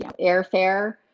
airfare